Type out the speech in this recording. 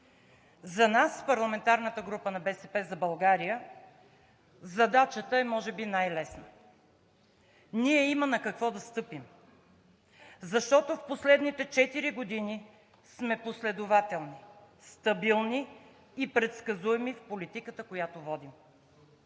За нас, парламентарната група на „БСП за България“, задачата е може би най-лесна. Ние имаме на какво да стъпим, защото в последните четири години сме последователни, стабилни и предсказуеми в политиката, която водим.